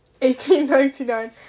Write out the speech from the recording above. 1899